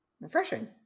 Refreshing